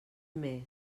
més